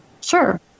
Sure